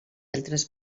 altres